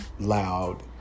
loud